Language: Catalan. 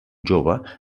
jove